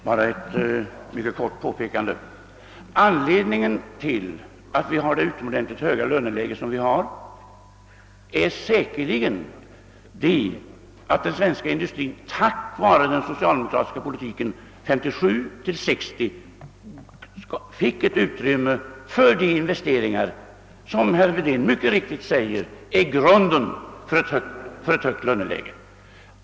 Herr talman! Jag vill bara göra ett mycket kort påpekande. Anledningen till att vi har det utomordentligt höga löneläge som vi har är säkerligen att den svenska industrin tack vare den socialdemokratiska politiken under åren 1957—1960 fick ett utrymme för de investeringar som herr Wedén mycket riktigt säger är grunden för ett högt löneläge.